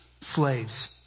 slaves